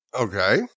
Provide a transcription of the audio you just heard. Okay